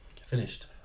Finished